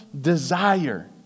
desire